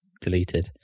deleted